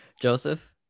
joseph